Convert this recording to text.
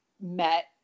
met